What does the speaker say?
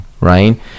right